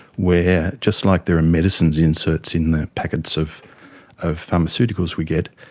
where, just like there are medicines inserts in the packets of of pharmaceuticals we get,